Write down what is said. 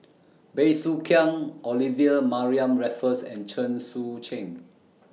Bey Soo Khiang Olivia Mariamne Raffles and Chen Sucheng